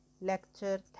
lecture